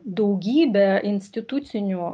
daugybė institucinių